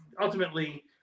ultimately